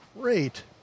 great